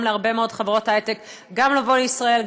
להרבה מאוד חברות היי-טק גם לבוא לישראל,